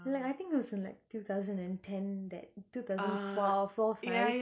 like I think it was in like two thousand and ten that two thousand four four five